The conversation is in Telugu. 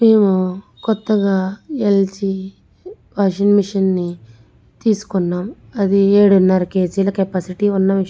మేము కొత్తగా ఎల్జి వాషింగ్ మెషిన్ని తీసుకున్నాము అది ఏడున్నర కేజీల కెపాసిటీ ఉన్న మెషిన్